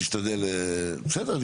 תשתדל, בסדר.